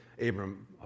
Abram